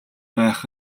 байх